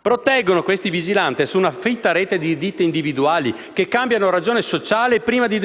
proteggono una fitta rete di ditte individuali, che cambiano ragione sociale prima di